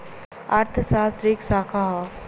अर्थशास्त्र क एक शाखा हौ